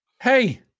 hey